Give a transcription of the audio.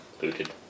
booted